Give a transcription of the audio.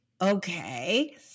okay